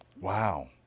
Wow